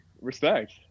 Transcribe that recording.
respect